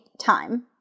Time